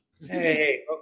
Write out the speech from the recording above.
Hey